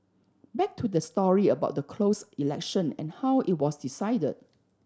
back to the story about the closed election and how it was decided